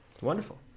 wonderful